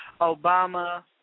Obama